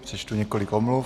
Přečtu několik omluv.